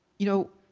you know,